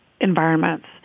environments